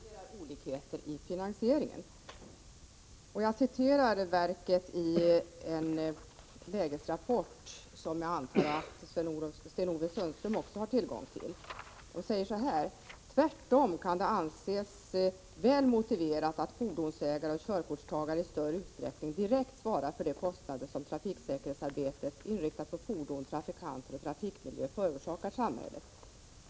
Herr talman! Verksamheterna inom anslag C 1 och C 2 är, som trafiksä kerhetsverket säger, mycket integrerade med varandra. Verket menar att det 113 inte finns någon artskillnad i verksamheterna som motiverar olikheter i finansieringen. Jag återger här vad trafiksäkerhetsverket har uttalat i en lägesrapport, som jag antar att också Sten-Ove Sundström har tillgång till: ”Tvärtom kan det anses väl motiverat att fordonsägare och körkortstagare i större utsträckning direkt svarar för de kostnader som trafiksäkerhetsarbetet inriktat på fordon, trafikanter och trafikmiljö förorsakar samhället.